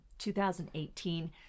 2018